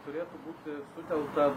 turėtų būti sutelkta